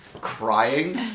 crying